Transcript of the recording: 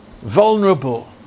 Vulnerable